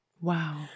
wow